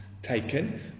Taken